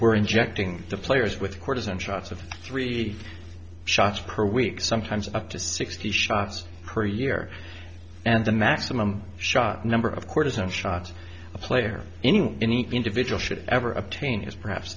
were injecting the players with cortisone shots of three shots per week sometimes up to sixty shots per year and the maximum shot number of cortisone shots a player in any individual should ever obtain is perhaps